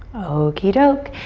okie doke,